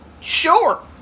Sure